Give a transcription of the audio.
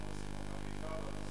עשינו חקיקה בנושא הזה.